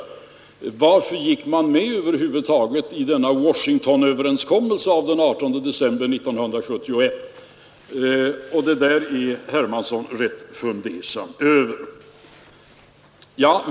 Herr Hermansson frågade sig varför vi över huvud taget gick med i Washingtonöverenskommelsen av den 18 december 1971. Det är herr Hermansson rätt fundersam över.